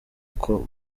uko